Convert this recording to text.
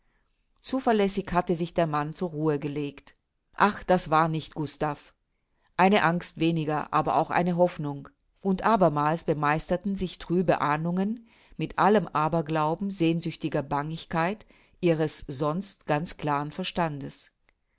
zuverlässig hatte sich der mann zur ruhe gelegt ach das war nicht gustav eine angst weniger aber auch eine hoffnung und abermals bemeisterten sich trübe ahnungen mit allem aberglauben sehnsüchtiger bangigkeit ihres sonst ganz klaren verstandes